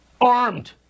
Armed